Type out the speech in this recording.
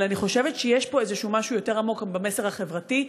אבל אני חושבת שיש פה איזה משהו עמוק יותר במסר החברתי,